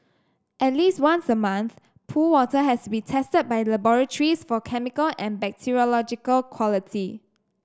at least once a month pool water has to be tested by laboratories for chemical and bacteriological quality